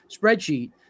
spreadsheet